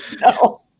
No